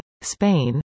Spain